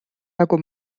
nagu